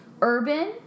urban